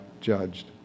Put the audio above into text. judged